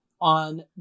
on